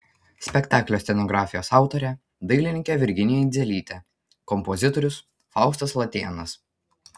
spektaklio scenografijos autorė dailininkė virginija idzelytė kompozitorius faustas latėnas